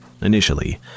Initially